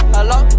Hello